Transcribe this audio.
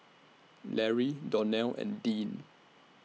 Larry Donell and Dean